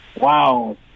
Wow